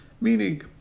meaning